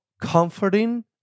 comforting